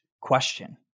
question